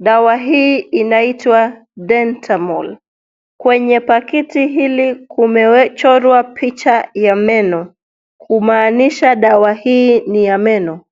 Dawa hii inaitwa, Dentamol, kwenye pakiti hili, kumewe, chorwa picha ya meno, kumaanisha dawa hii ni ya meno.